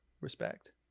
respect